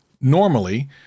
normally